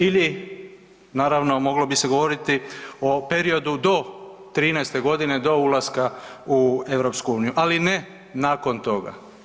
Ili, naravno, moglo bi se govoriti o periodu do '13. godine, do ulaska u EU, ali ne nakon toga.